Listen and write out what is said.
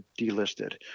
delisted